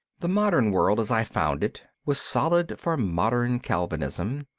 the modern world as i found it was solid for modern calvinism,